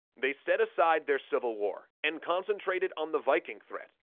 they set aside their civil war, and concentrated on the viking threat.